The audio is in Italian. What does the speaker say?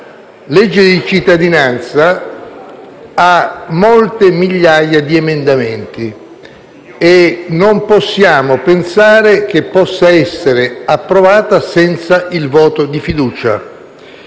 sulla cittadinanza ha molte migliaia di emendamenti e non possiamo pensare che possa essere approvata senza il voto di fiducia.